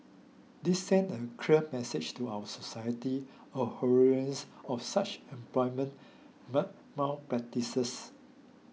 this send a clear message to our society abhorrence of such employment malpractices